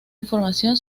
información